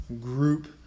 group